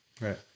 Right